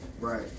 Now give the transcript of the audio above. Right